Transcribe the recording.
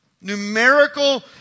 Numerical